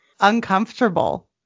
uncomfortable